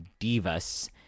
Divas